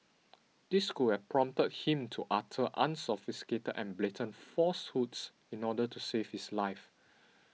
this could have prompted him to utter unsophisticated and blatant falsehoods in order to save his life